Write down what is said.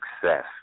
success